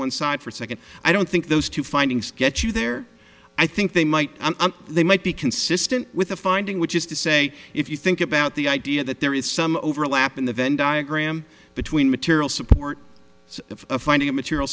one side for a second i don't think those two findings get you there i think they might they might be consistent with a finding which is to say if you think about the idea that there is some overlap in the venn diagram between material support the finding of material